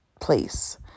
place